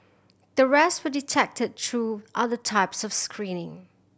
the rest were detected through other types of screening